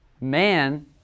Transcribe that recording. man